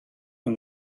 yng